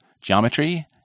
geometry